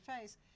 face